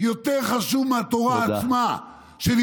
יותר חשוב מהתורה עצמה, תודה.